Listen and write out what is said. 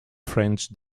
french